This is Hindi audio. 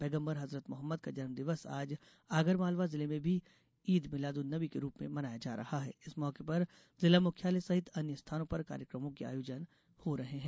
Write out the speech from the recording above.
पैगम्बर हजरत मोहम्मद का जन्म दिवस आज आगरमालवा जिले में भी ईदमिलादुन्नबी के रूप में मनाया जा रहा है इस मौके पर जिला मुख्यालय सहित अन्य स्थानो पर कार्यक्रमों के आयोजन हो रहे है